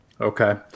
Okay